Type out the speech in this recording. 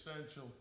essential